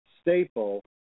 staple